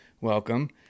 welcome